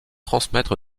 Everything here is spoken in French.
transmettre